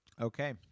Okay